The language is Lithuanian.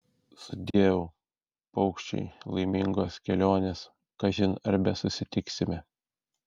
sudieu paukščiai laimingos kelionės kažin ar besusitiksime